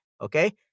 okay